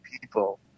people